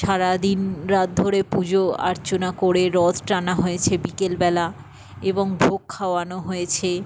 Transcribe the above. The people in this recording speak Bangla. সারাদিন রাত ধরে পুজো আর্চনা করে রথ টানা হয়েছে বিকেলবেলা এবং ভোগ খাওয়ানো হয়েছে